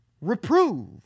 reprove